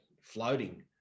floating